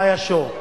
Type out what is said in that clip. מאיה שור,